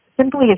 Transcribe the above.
simply